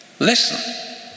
listen